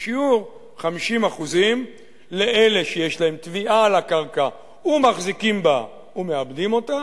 בשיעור 50% לאלה שיש להם תביעה על הקרקע ומחזיקים בה ומעבדים אותה,